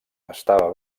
estava